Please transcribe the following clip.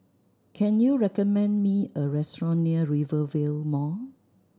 can you recommend me a restaurant near Rivervale Mall